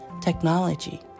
technology